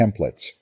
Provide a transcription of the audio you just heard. templates